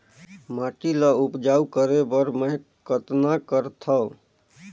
माटी ल उपजाऊ करे बर मै कतना करथव?